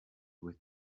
with